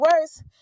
worse